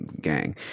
gang